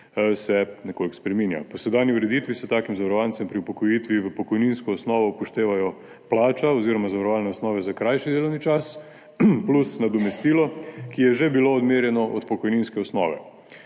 nekoliko spreminja. Po sedanji ureditvi se takim zavarovancem pri upokojitvi v pokojninsko osnovo upoštevajo plača oziroma zavarovalne osnove za krajši delovni čas plus nadomestilo, ki je že bilo odmerjeno od pokojninske osnove,